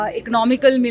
economical